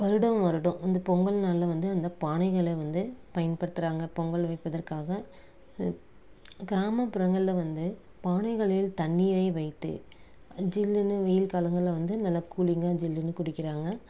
வருடா வருடம் இந்த பொங்கல் நாளில் வந்து அந்த பானைகளை வந்து பயன்படுத்துகிறாங்க பொங்கல் வைப்பதற்காக கிராமப்புறங்களில் வந்து பானைகளில் தண்ணீரை வைத்து ஜில்லுனு வெயில் காலங்களில் வந்து நல்ல கூலிங்காக ஜில்லுனு குடிக்கிறாங்க